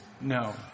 No